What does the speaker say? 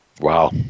Wow